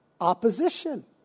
Opposition